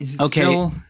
okay